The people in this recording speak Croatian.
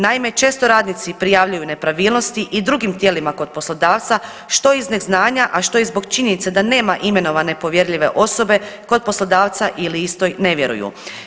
Naime, često radnici prijavljuju nepravilnosti i drugim tijelima kod poslodavca što iz neznanja, a što i zbog činjenice da nema imenovane povjerljive osobe kod poslodavca ili istoj ne vjeruju.